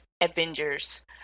Avengers